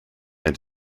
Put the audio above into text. and